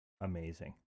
amazing